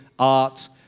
art